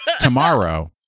tomorrow